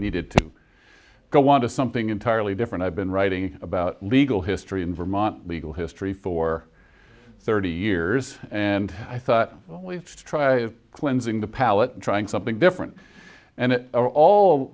needed to go on to something entirely different i've been writing about legal history in vermont legal history for thirty years and i thought i always try cleansing the palate trying something different and it all